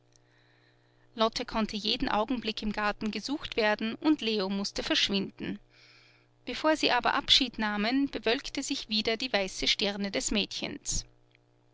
lotte konnte jeden augenblick im garten gesucht werden und leo mußte verschwinden bevor sie aber abschied nahmen bewölkte sich wieder die weiße stirne des mädchens